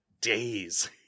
days